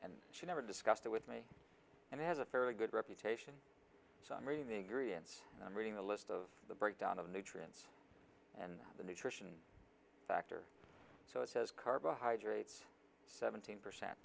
and she never discussed it with me and has a fairly good reputation so i'm reading the ingredients i'm reading a list of the breakdown of nutrients and the new factor so it says carbohydrates seventeen percent